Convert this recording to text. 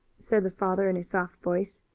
said the father in a soft voice.